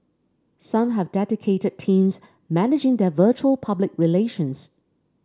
some have dedicated teams managing their virtual public relations